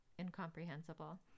incomprehensible